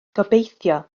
gobeithio